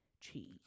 cheese